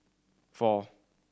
four